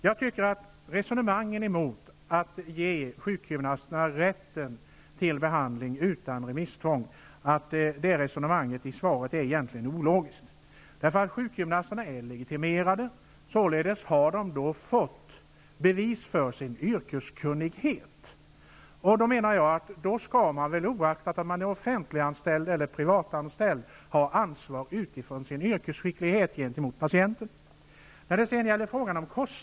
Jag tycker att resonemanget i svaret beträffande sjukgymnasternas rätt att ge behandling utan remisstvång är ologiskt. Sjukgymnasterna är ju legitimerade. Således har de fått bevis på sin yrkeskunnighet. Då skall väl också vederbörande ha ansvar på grund av sin yrkesskicklighet, oavsett om han är offentliganställd eller privatanställd.